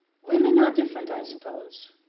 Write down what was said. women are different, i suppose.